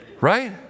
Right